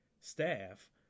staff